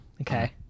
Okay